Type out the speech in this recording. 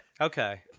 Okay